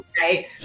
right